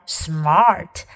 smart